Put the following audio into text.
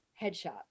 headshot